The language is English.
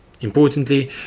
Importantly